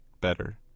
better